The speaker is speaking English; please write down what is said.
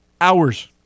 hours